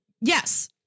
yes